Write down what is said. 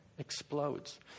Explodes